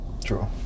True